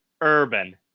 urban